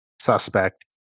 suspect